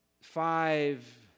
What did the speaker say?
five